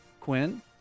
Quinn